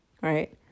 right